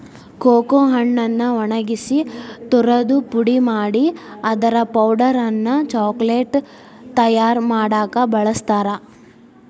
cocoa ಹಣ್ಣನ್ನ ಒಣಗಿಸಿ ತುರದು ಪುಡಿ ಮಾಡಿ ಅದರ ಪೌಡರ್ ಅನ್ನ ಚಾಕೊಲೇಟ್ ತಯಾರ್ ಮಾಡಾಕ ಬಳಸ್ತಾರ